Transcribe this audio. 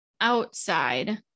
outside